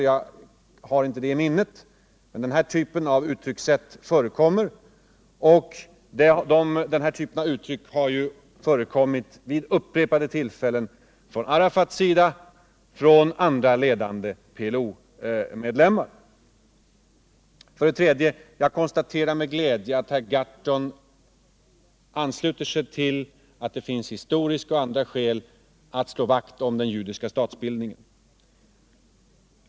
Jag har inte det i minnet, men den här typen av uttryckssätt förekommer och har förekommit vid upprepade tillfällen från Arafats sida och från andra ledande PLO-medlemmar. För det tredje konstaterar jag med glädje att herr Gahrton ansluter sig till att det finns historiska och andra skäl för att slå vakt om den judiska statsbildningen.